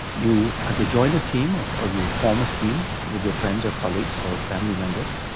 you either join a team ah or you form a team with your friends or colleagues or family members,